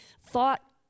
thought